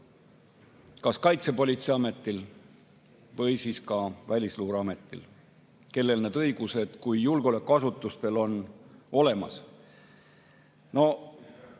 kas Kaitsepolitseiametil või siis Välisluureametil, kellel need õigused kui julgeolekuasutustel on olemas.